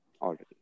already